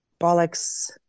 Bollocks